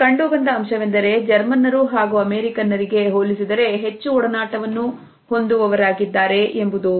ಇಲ್ಲಿ ಕಂಡು ಬಂದ ಅಂಶವೆಂದರೆ ಜರ್ಮನ್ನರು ಹಾಗೂ ಅಮೆರಿಕನ್ನರಿಗೆ ಹೋಲಿಸಿದರೆ ಹೆಚ್ಚು ಒಡನಾಟವನ್ನು ಹೊಂದುವವರಾಗಿದ್ದಾರೆ ಎಂಬುದು